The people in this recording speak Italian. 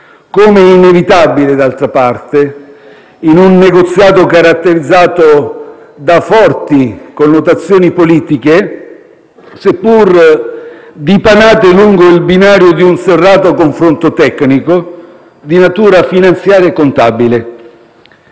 come è inevitabile, d'altra parte - in un negoziato caratterizzato da forti connotazioni politiche, seppur dipanate lungo il binario di un serrato confronto tecnico di natura finanziaria e contabile.